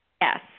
Yes